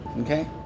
Okay